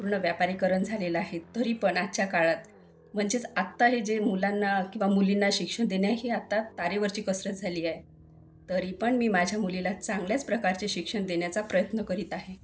पूर्ण व्यापारीकरण झालेलं आहे तरी पण आजच्या काळात म्हणजेच आता हे जे मुलांना किंवा मुलींना शिक्षण देणे हे आता तारेवरची कसरत झाली आहे तरी पण मी माझ्या मुलीला चांगल्याच प्रकारचे शिक्षण देण्याचं प्रयत्न करीत आहे